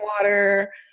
water